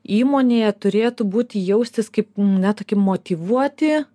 įmonėje turėtų būti jaustis kaip na tokie motyvuoti